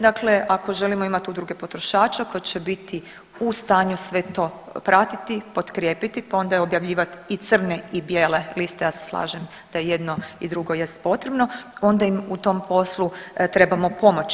Dakle, ako želimo imati udruge potrošača koje će biti u stanju sve to pratiti, potkrijepiti pa onda objavljivati i crne i bijele liste, ja se slažem da jedno i drugo jest potrebno, onda im u tom poslu trebamo pomoći.